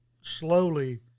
slowly